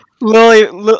lily